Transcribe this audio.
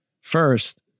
First